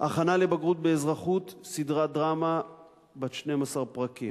הכנה לבגרות באזרחות סדרת דרמה בת 12 פרקים,